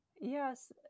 Yes